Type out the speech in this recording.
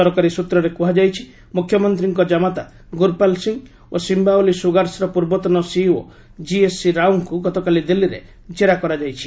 ସରକାରୀ ସୂତ୍ରରେ କୁହାଯାଇଛି ମୁଖ୍ୟମନ୍ତ୍ରୀଙ୍କ ଜାମାତା ଗୁରୁପାଲ୍ ସିଂ ଓ ସିୟାଓଲି ସୁଗାର୍ସ୍ର ପୂର୍ବତନ ସିଇଓ ଜିଏସ୍ସି ରାଓଙ୍କୁ ଗତକାଲି ଦିଲ୍ଲୀରେ କେରା କରାଯାଇଛି